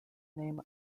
name